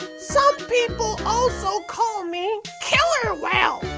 some people also call me killer whale!